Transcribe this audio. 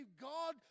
God